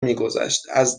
میگذشت، از